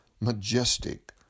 majestic